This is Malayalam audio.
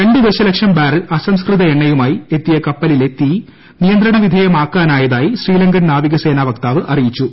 രണ്ട് ദശലക്ഷം ബാരൽ അസംസ്കൃത എണ്ണയുമായി ് എത്തിയി കപ്പലിലെ തീ നിയന്ത്രണവിധേയമാക്കാനായതായി ശ്രീലങ്കൻ നാവിക സേന വക്താവ് അറിയിച്ചു